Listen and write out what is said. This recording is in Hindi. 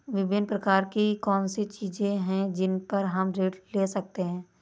विभिन्न प्रकार की कौन सी चीजें हैं जिन पर हम ऋण ले सकते हैं?